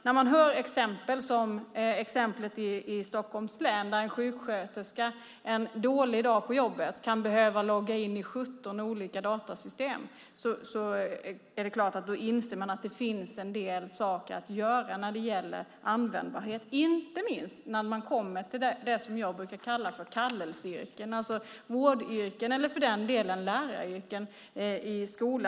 När man hör exempel som exemplet i Stockholms län där en sjuksköterska en dålig dag på jobbet kan behöva logga in i 17 olika datasystem inser man att det finns en del att göra när det gäller användbarhet. Det gäller inte minst när man kommer till det som jag brukar benämna kallelseyrken. Det är vårdyrken eller för den delen läraryrken i skolan.